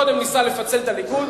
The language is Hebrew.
קודם הוא ניסה לפצל את הליכוד,